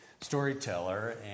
storyteller